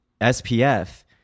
SPF